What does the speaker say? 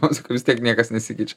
toks kur vistiek niekas nesikeičia